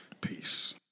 Peace